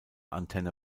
antenne